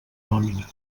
nòmina